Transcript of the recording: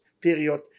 period